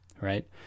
right